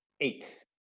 eight